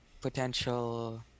potential